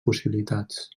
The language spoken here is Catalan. possibilitats